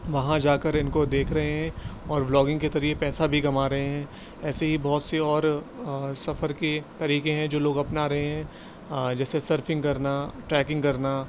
وہاں جا کر ان کو دیکھ رہے ہیں اور ولاگنگ کے ذریعے پیسہ بھی کما رہے ہیں ایسے ہی بہت سے اور سفر کے طریقے ہیں جو لوگ اپنا رہے ہیں جیسے سرفنگ کرنا ٹریکنگ کرنا